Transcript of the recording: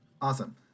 awesome